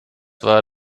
war